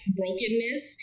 brokenness